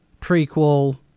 Prequel